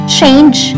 change